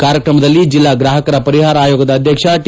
ಕಾರ್ಯಕ್ರಮದಲ್ಲಿ ಜಿಲ್ಲಾ ಗ್ರಾಹಕರ ಪರಿಹಾರ ಆಯೋಗದ ಅಧ್ಯಕ್ಷ ಟಿ